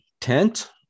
Tent